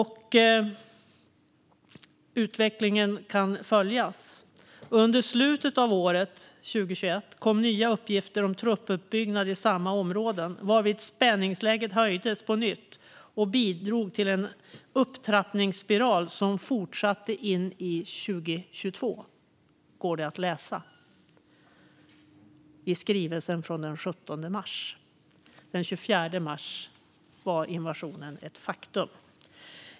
Utvecklingen kan följas. "Under slutet av året" - 2021 - "kom nya uppgifter om truppuppbyggnad i samma områden, varvid spänningsläget höjdes på nytt och bidrog till en upptrappningsspiral som fortsatte in i 2022", går det att läsa i skrivelsen från den 17 mars. Den 24 mars var invasionen ett faktum.